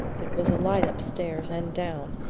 it was alight upstairs and down,